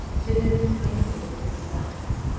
to whom he communicated his designs.